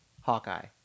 Hawkeye